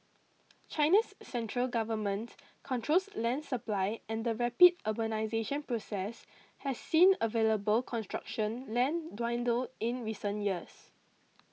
China's central government controls land supply and the rapid urbanisation process has seen available construction land dwindle in recent years